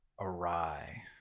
awry